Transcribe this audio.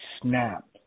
Snap